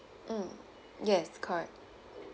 mm yes correct